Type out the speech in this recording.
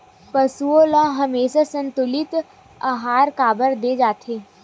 पशुओं ल हमेशा संतुलित आहार काबर दे जाथे?